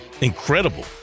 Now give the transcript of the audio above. incredible